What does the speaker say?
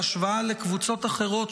בהשוואה לקבוצות אחרות,